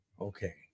Okay